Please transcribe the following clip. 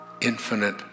infinite